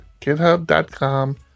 github.com